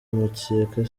mukeka